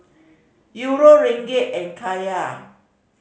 Euro Ringgit and Kyat